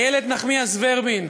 איילת נחמיאס ורבין,